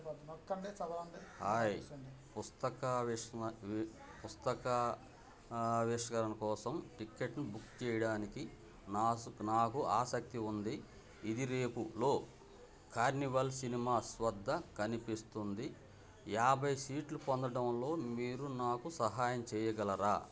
hi పుస్తకా పుస్తకా ఆవిష్కరణ కోసం టిక్కెట్ను బుక్ చేయడానికి నాకు ఆసక్తి ఉంది ఇది రేపు లో కార్నివాల్ సినిమాస్ వద్ద కనిపిస్తుంది యాభై సీట్లు పొందడంలో మీరు నాకు సహాయం చేయగలరా